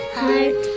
heart